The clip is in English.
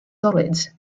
solids